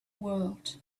world